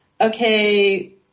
okay